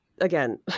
again